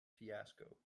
fiasco